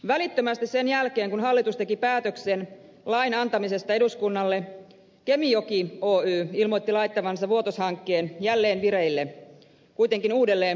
välittömästi sen jälkeen kun hallitus teki päätöksen lain antamisesta eduskunnalle kemijoki oy ilmoitti laittavansa vuotos hankkeen jälleen vireille kuitenkin uudelleen paketoituna